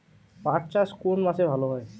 পাট চাষ কোন মাসে ভালো হয়?